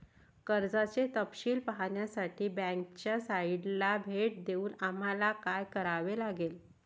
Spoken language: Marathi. कर्जाचे तपशील पाहण्यासाठी बँकेच्या साइटला भेट देऊन आम्हाला काय करावे लागेल?